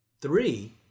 three